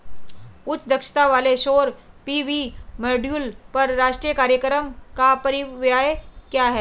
उच्च दक्षता वाले सौर पी.वी मॉड्यूल पर राष्ट्रीय कार्यक्रम का परिव्यय क्या है?